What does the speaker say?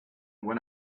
when